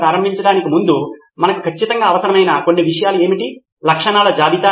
ఈ రిపోజిటరీని మీరు ఎలా కోరుకుంటారు ఇవి మనకు ఖచ్చితంగా కావాలి ఇవి మనం చేయవలసినవి మనకు ఒక విధమైన లక్షణాలు ఉండవచ్చు